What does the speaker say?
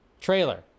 trailer